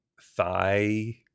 thigh